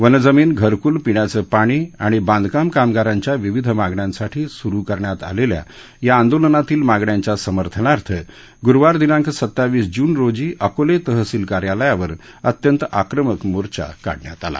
one जमीन घरक्ल पिण्याचे पाणी आणि बांधकाम कामगारांच्या विविध मागण्यांसाठी सुरू करण्यात आलेल्या या आंदोलनातील मागण्यांच्या समर्थनार्थ आज अकोले तहसील कार्यालयावर अत्यंत आक्रमक मोर्चा काढण्यात आला